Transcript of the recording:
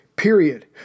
Period